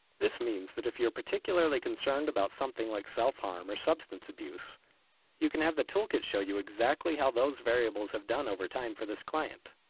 this means that if you are particularly concerned about something like self harm, or substance abuse you can have the toolkit show you exactly how those variables have done over time for this client.